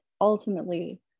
ultimately